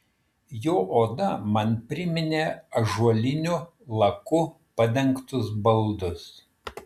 jo oda man priminė ąžuoliniu laku padengtus baldus